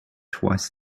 twice